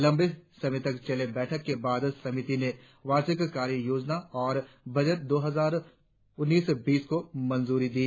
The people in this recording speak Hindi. लंबे समय तक चले बैठक के बाद समिति ने वार्षिक कार्य योजना और बजट दो हजार उन्नीस बीस को मंजूरी दी